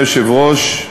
אדוני היושב-ראש,